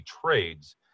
trades